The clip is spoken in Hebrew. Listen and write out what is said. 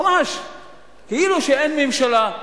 ממש כאילו שאין ממשלה,